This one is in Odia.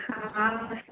ହଁ ହଁ